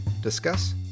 discuss